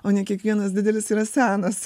o ne kiekvienas didelis yra senas